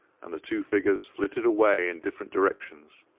and the two figures flitted away in different directions.